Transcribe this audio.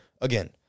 Again